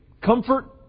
comfort